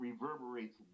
reverberates